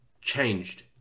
changed